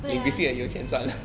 对啊